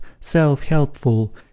self-helpful